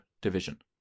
division